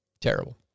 Terrible